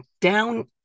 down